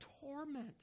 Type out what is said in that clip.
torment